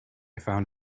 found